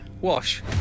Wash